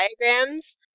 diagrams